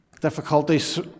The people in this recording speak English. difficulties